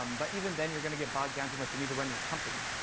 um but even then you're gonna get bogged down too much, you need to run your company.